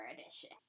edition